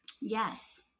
Yes